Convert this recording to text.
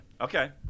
okay